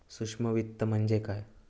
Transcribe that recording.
सूक्ष्म वित्त म्हणजे काय?